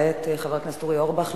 וכעת, חבר הכנסת אורי אורבך.